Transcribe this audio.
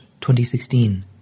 2016